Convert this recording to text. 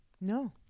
No